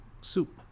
soup